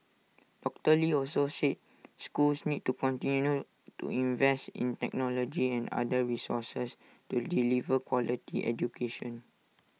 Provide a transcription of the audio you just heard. doctor lee also said schools need to continue to invest in technology and other resources to deliver quality education